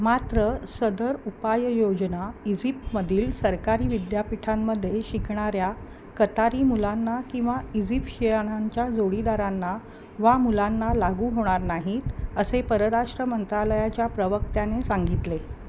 मात्र सदर उपाययोजना इझिपमधील सरकारी विद्यापीठांमध्ये शिकणाऱ्या कतारी मुलांना किंवा इझिपशियनाच्या जोडीदारांना वा मुलांना लागू होणार नाहीत असे परराष्ट्र मंत्रालयाच्या प्रवक्त्याने सांगितले